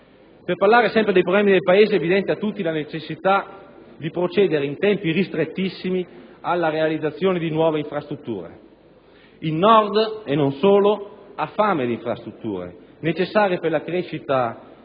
Per parlare sempre dei problemi del Paese, è evidente a tutti la necessità di procedere in tempi ristrettissimi alla realizzazione di nuove infrastrutture. Il Nord, e non solo, ha fame di infrastrutture, necessarie non solo per la crescita economica